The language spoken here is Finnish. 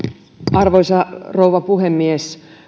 arvoisa rouva puhemies